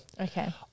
Okay